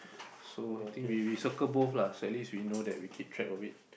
so I think we we circle both lah so at least we know that we keep track of it